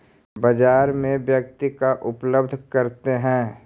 बाजार में व्यक्ति का उपलब्ध करते हैं?